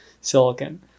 silicon